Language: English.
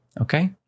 Okay